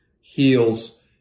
heals